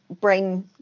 brain